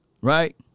right